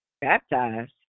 Baptized